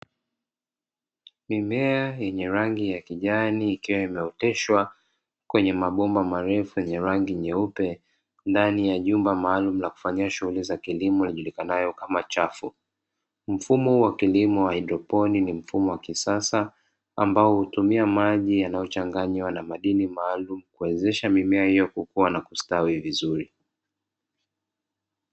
Mimea yenye katika moja ya eneo la wazi wakulima wa jinsia tofauti wakiwa wamebeba ndoo nyeusi zilizojaa kahawa na kuweza kuzimimina katika sehemu hiyo ya kuhifadhia kahawa ambapo wanakisubiri kuzichambua ili waweze kuzipeleka sokoni kwa ajili ya kuuzwa.